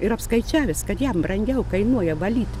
ir apskaičiavęs kad jam brangiau kainuoja valyt